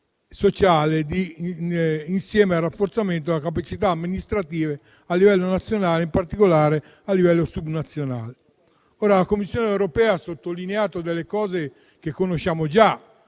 sociale insieme al rafforzamento delle capacità amministrative a livello nazionale, in particolare a livello subnazionale. La Commissione europea ha sottolineato delle cose che sostanzialmente